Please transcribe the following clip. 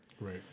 Right